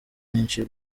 menshi